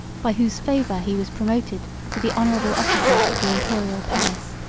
by whose favor he was promoted to the honorable offices of the imperial palace.